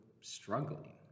struggling